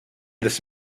this